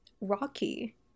rocky